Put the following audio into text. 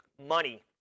money